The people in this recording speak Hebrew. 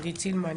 עידית סילמן,